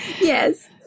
Yes